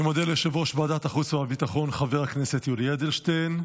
אני מודה ליושב-ראש ועדת החוץ והביטחון חבר הכנסת יולי אדלשטיין.